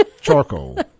charcoal